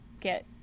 get